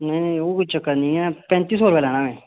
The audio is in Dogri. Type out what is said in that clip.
नेईं ओह् चक्कर नी ऐ पैंती सौ रपेआ लैना में